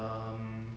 um